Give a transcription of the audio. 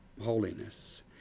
holiness